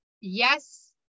yes